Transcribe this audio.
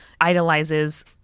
idolizes